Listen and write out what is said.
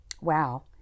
Wow